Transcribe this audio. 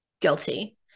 guilty